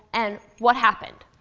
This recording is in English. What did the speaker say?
and what happened?